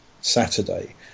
Saturday